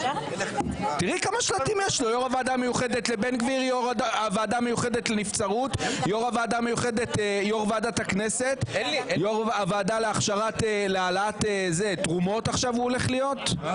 בשעה 09:30.